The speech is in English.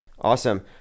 Awesome